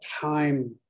time